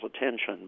attention